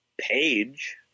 Page